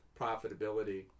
profitability